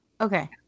Okay